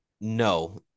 no